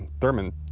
Thurman